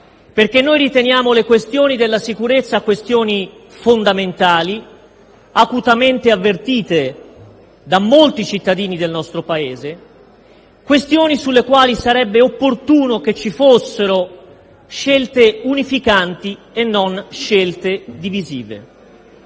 perché noi riteniamo fondamentali le questioni della sicurezza, acutamente avvertite da molti cittadini del nostro Paese: questioni sulle quali sarebbe opportuno che ci fossero scelte unificanti e non divisive.